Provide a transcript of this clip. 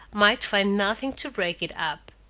might find nothing to break it up